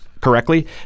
correctly